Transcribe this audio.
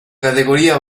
categoria